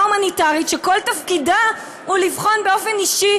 הומניטרית שכל תפקידה הוא לבחון באופן אישי,